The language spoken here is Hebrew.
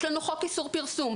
יש לנו חוק איסור פרסום,